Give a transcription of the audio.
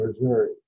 Missouri